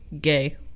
gay